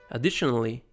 Additionally